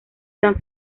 san